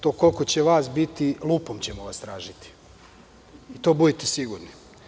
To koliko će vas biti, lupom ćemo vas tražiti, u to budite sigurni.